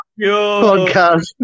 podcast